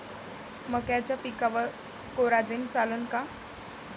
मक्याच्या पिकावर कोराजेन चालन का?